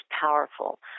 powerful